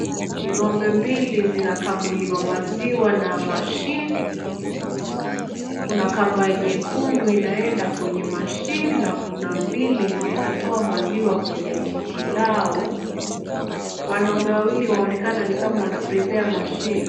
Ng'ombe mbili zinakamuliwa maziwa na machine . Kuna kamba nyekundu inaenda kwenye machine na kuna mbili zinatoa maziwa kwenye titi lao. Wanaume wawili waonekana ni kama wanaprepare machine .